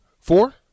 Four